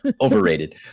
overrated